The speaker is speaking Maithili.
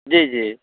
जी जी